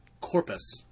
corpus